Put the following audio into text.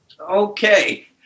Okay